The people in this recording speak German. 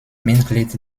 mitglied